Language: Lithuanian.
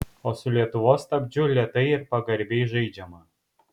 o su lietuvos stabdžiu lėtai ir pagarbiai žaidžiama